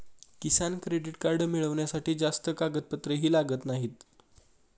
किसान credit card मिळवण्यासाठी जास्त कागदपत्रेही लागत नाहीत